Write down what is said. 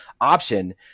option